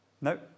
No